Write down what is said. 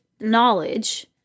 knowledge